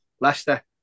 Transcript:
Leicester